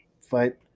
fight